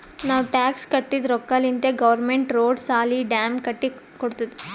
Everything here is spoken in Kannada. ನಾವ್ ಟ್ಯಾಕ್ಸ್ ಕಟ್ಟಿದ್ ರೊಕ್ಕಾಲಿಂತೆ ಗೌರ್ಮೆಂಟ್ ರೋಡ್, ಸಾಲಿ, ಡ್ಯಾಮ್ ಕಟ್ಟಿ ಕೊಡ್ತುದ್